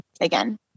again